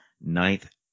ninth